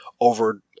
over